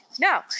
No